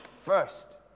First